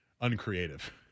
uncreative